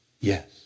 Yes